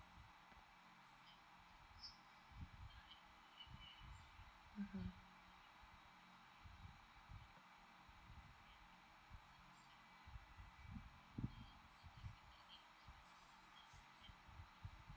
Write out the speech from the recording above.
mmhmm